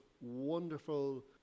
wonderful